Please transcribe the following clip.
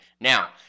Now